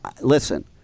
listen –